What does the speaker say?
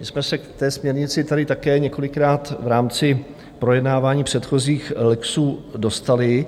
My jsme se k té směrnici tady také několikrát v rámci projednávání předchozích lexů dostali.